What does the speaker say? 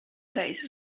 phase